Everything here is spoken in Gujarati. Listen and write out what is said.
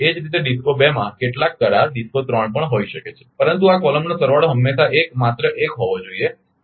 એ જ રીતે DISCO 2 માં કેટલાક કરાર DISCO 3 પણ હોઈ શકે છે પરંતુ આ કોલમનો સરવાળો હંમેશાં 1 માત્ર 1 હોવો જોઈએ